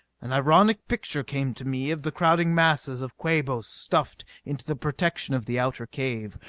an ironic picture came to me of the crowding masses of quabos stuffed into the protection of the outer cave,